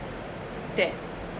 that